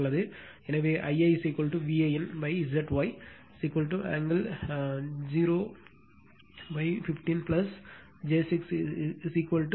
எனவே Ia Van zy angle 015 j 6 6